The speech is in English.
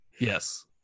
yes